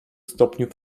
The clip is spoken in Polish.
stopniu